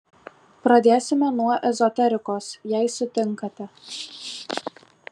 pradėsime nuo ezoterikos jei sutinkate